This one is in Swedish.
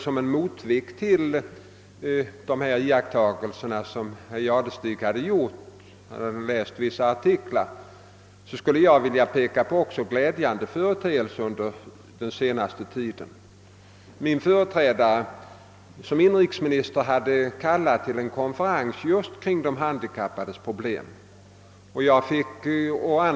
Som en motvikt mot de iakttagelser som han har gjort — han hade läst vissa artiklar — skulle jag vilja peka på en del glädjande företeelser under den senaste tiden. Min företrädare som inrikesminister hade kallat till en konferens kring de handikappades problem.